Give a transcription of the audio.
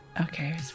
Okay